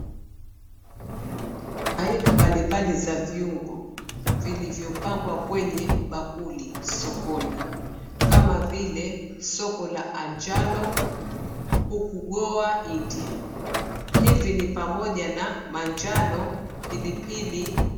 Aina mbalimbali za viungo vilivyopangwa kwenye bakuli sokoni, kama vile soko la anjano huku goa India. Hivi ni pamoja na manjano , pilipili.